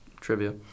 trivia